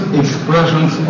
expressions